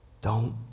Don't